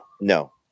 No